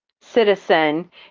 citizen